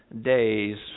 days